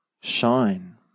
shine